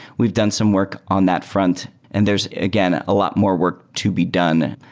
we've done some work on that front and there's, again, a lot more work to be done.